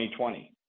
2020